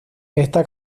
esta